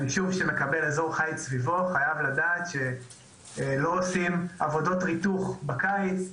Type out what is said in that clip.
יישוב שמקבל אזור חיץ סביבו חייב לדעת שלא עושים עבודות ריתוך בקיץ,